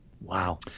wow